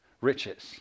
riches